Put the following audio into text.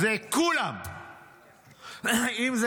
זה כולם.